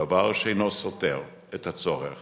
דבר שאינו סותר את הצורך